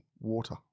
water